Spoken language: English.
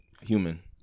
Human